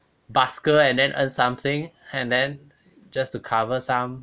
busker and then earn something and then just to cover some